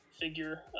figure